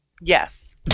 Yes